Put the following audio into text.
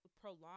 prolong